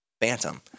Phantom